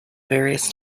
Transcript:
various